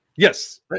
Yes